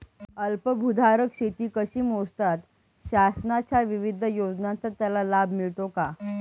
अल्पभूधारक शेती कशी मोजतात? शासनाच्या विविध योजनांचा त्याला लाभ मिळतो का?